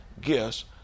gifts